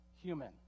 human